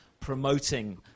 Promoting